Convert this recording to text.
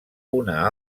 una